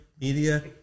media